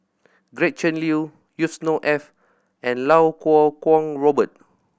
Gretchen Liu Yusnor Ef and Iau Kuo Kwong Robert